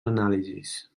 anàlisis